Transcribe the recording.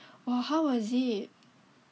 !wah! how was it